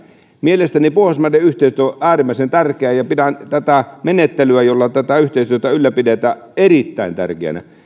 mielestäni pohjoismaiden yhteistyö on äärimmäisen tärkeää ja pidän tätä menettelyä jolla tätä yhteistyötä ylläpidetään erittäin tärkeänä